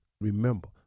Remember